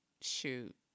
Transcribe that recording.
shoot